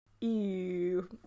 Ew